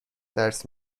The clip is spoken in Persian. درس